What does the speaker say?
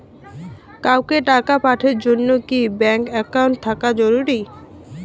কাউকে টাকা পাঠের জন্যে কি ব্যাংক একাউন্ট থাকা জরুরি?